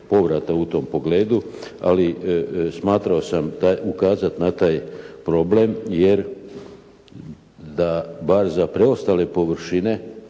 u tom pogledu ali smatrao sam da ukazati na taj problem jer da baza preostale površine